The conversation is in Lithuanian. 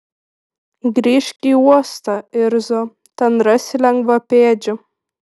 grįžk į uostą irzo ten rasi lengvapėdžių